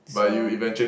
so